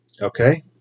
Okay